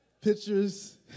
pictures